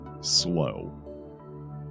slow